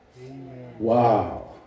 Wow